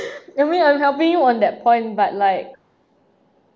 I mean I'm helping you on that point but like